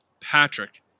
Patrick